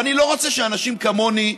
ואני לא רוצה שאנשים כמוני,